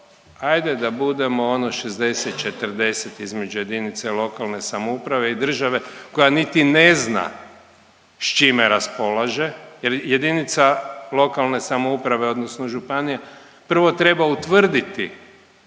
ajde da budemo ono 60-40, između jedinice lokalne samouprave i države koja niti ne zna s čime raspolaže jer jedinica lokalne samouprave odnosno županija prvo treba utvrditi